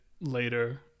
later